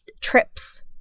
trips